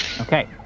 Okay